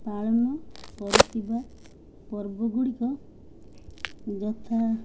ପାଳନ କରୁଥିବା ପର୍ବ ଗୁଡ଼ିକ ଯଥା